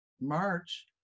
March